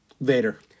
Vader